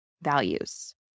values